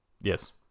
Yes